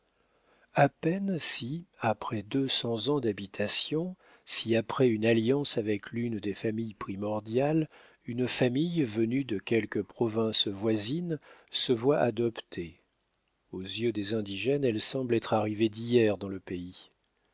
a peine si après deux cents ans d'habitation si après une alliance avec l'une des familles primordiales une famille venue de quelque province voisine se voit adoptée aux yeux des indigènes elle semble être arrivée d'hier dans le pays